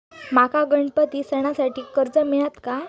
माका गणपती सणासाठी कर्ज मिळत काय?